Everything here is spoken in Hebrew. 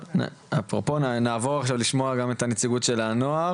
נעבור עכשיו לשמוע את נציגת מועצת התלמידים והנוער